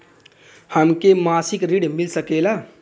हमके मासिक ऋण मिल सकेला?